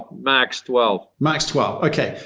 max twelve. max twelve, okay,